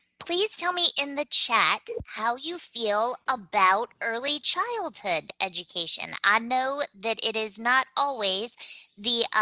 please tell me in the chat how you feel about early childhood education. i know that it is not always the